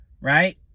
right